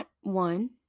one